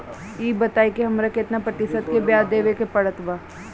ई बताई की हमरा केतना प्रतिशत के ब्याज देवे के पड़त बा?